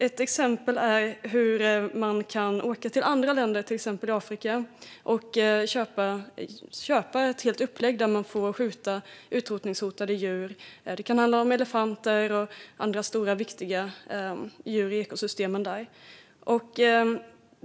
Ett exempel är att man kan åka till länder i till exempel Afrika och köpa ett helt upplägg där man får skjuta utrotningshotade djur. Det kan handla om elefanter och andra stora djur som är viktiga i ekosystemen där.